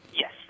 yes